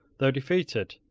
though defeated,